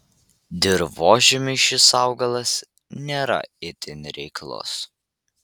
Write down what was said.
dirvožemiui šis augalas nėra itin reiklus